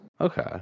okay